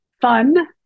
fun